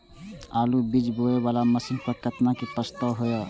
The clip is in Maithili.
आलु बीज बोये वाला मशीन पर केतना के प्रस्ताव हय?